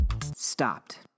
stopped